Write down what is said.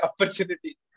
opportunity